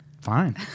Fine